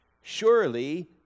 Surely